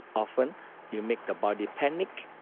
often you make the body panic.